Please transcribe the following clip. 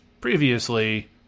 previously